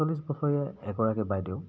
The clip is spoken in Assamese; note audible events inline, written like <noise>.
<unintelligible> এগৰাকী বাইদেউ